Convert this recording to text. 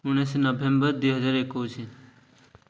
ଉଣେଇଶି ନଭେମ୍ବର ଦୁଇହଜାର ଏକୋଇଶି